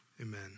Amen